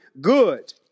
good